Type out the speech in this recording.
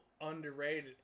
underrated